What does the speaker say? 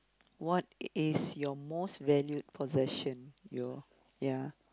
what is your most valued possession you ya